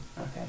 Okay